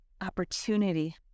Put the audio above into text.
opportunity